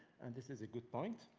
and this is a good point.